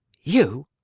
you!